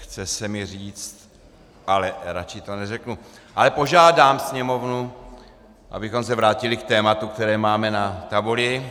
Chce si mi říct, ale raději to neřeknu, ale požádám Sněmovnu, abychom se vrátili k tématu, které máme na tabuli.